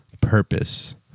purpose